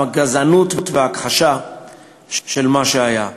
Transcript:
הגזענות וההכחשה של מה שהיה.